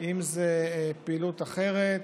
אם זו פעילות אחרת.